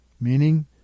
meaning